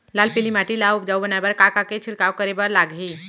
लाल पीली माटी ला उपजाऊ बनाए बर का का के छिड़काव करे बर लागही?